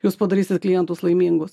jūs padarysit klientus laimingus